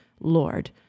Lord